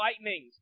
lightnings